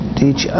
teach